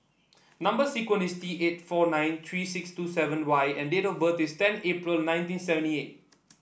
number sequence is T eight four nine three six two seven Y and date of birth is ten April nineteen seventy eight